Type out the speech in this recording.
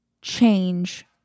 change